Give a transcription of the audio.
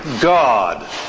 God